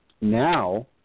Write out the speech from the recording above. Now